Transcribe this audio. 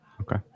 Okay